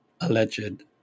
alleged